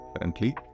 currently